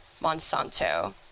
Monsanto